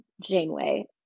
Janeway